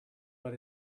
but